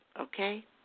okay